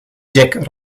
jack